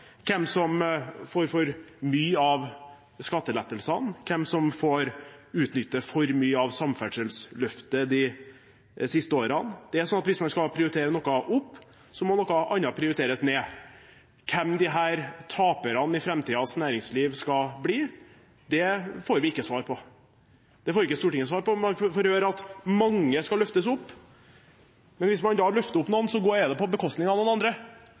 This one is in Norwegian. hvem som får for mye av skattelettelsene, hvem som får utnytte for mye av samferdselsløftet de siste årene. Det er sånn at hvis man skal prioritere noe opp, må noe annet prioriteres ned. Hvem disse taperne i framtidens næringsliv skal bli, får vi ikke svar på. Det får ikke Stortinget svar på. Man får høre at mange skal løftes opp. Men hvis man da løfter opp noen, er det på bekostning av noen andre.